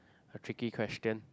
a tricky question